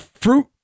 fruit